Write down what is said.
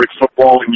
football